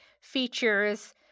features